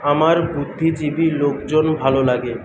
আমার বুদ্ধিজীবী লোকজন ভালো লাগে